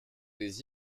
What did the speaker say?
des